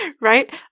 Right